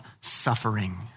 suffering